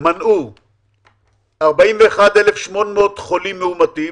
מנעו 41,800 חולים מאומתים,